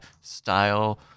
style